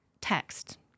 text